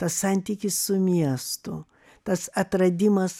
tas santykis su miestu tas atradimas